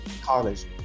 college